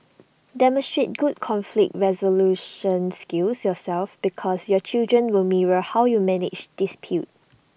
demonstrate good conflict resolution skills yourself because your children will mirror how you manage dispute